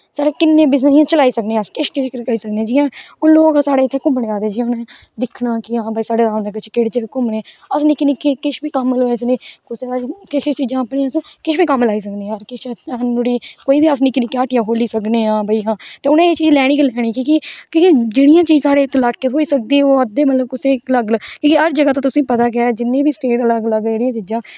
साड़े किन्ने बिजनस चलाई सकने अस किश किश करी सकने हां जियां घूमन आए दे दिक्खना कि साढ़े बिच केहडे़ जगह घूमने निक्के निक्के कम्म लुआई सकने किश चीजां अपनी अस किश बी कम्म लाई सकने किश मुडे़ अस निक्की निक्की हट्टी खोह्ली सकने तुसें एह् चीज लेनी गै लेनी जेहड़ी चींजा इत्थे साढ़े इलाके गै होई सकदी ओहदे मतलब कुसे यार जगह ते तुसेंगी पता गै है अलग अलग चीजां